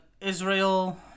Israel